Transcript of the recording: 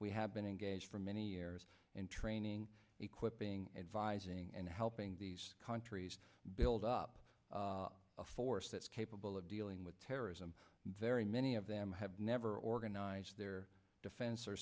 we have been engaged for many years in training equipping advising and helping these countries build up a force that's capable of dealing with terrorism very many of them have never organized their defense or